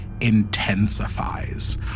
intensifies